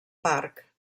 parc